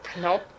Nope